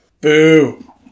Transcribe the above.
Boo